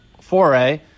foray